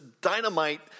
dynamite